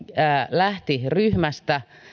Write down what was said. lähti ryhmästä